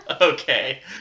Okay